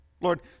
Lord